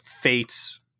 fates